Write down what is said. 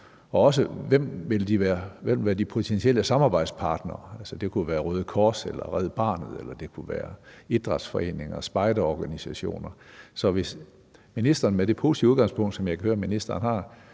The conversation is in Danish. der ville være de potentielle samarbejdspartnere. Det kunne være Røde Kors eller Red Barnet, eller det kunne være idrætsforeninger eller spejderorganisationer. Så hvis ministeren med det positive udgangspunkt, som jeg kan høre ministeren har,